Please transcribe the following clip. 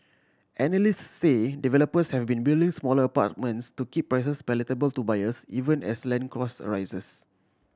analysts say developers have been building smaller apartments to keep prices palatable to buyers even as land costs a rise